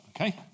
okay